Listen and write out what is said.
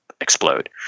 explode